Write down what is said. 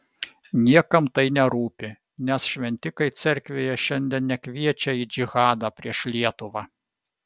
niekam tai nerūpi nes šventikai cerkvėje šiandien nekviečia į džihadą prieš lietuvą